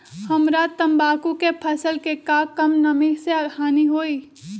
हमरा तंबाकू के फसल के का कम नमी से हानि होई?